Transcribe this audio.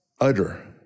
utter